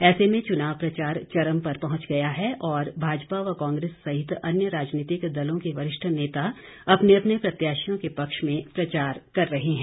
ऐसे में चुनाव प्रचार चरम पर पहुंच गया है और भाजपा व कांग्रेस सहित अन्य राजनीतिक दलों के वरिष्ठ नेता अपने अपने प्रत्याशियों के पक्ष में प्रचार कर रहे हैं